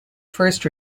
first